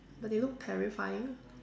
but they look terrifying